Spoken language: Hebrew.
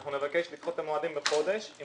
אנחנו נבקש לדחות את המועדים בחודש אם